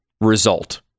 result